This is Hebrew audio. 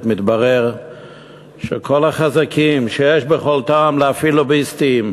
מתברר שכל החזקים שיש ביכולתם להפעיל לוביסטים,